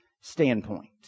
standpoint